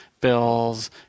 bills